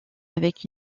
avec